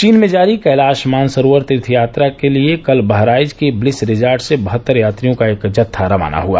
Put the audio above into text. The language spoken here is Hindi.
चीन में जारी कैलाश मानसरोवर तीर्थ यात्रा के लिये कल बहराइच के ब्लिस रिज़ार्ट से बहत्तर यात्रियों का एक जत्था रवाना हुआ